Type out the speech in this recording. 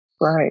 Right